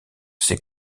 ses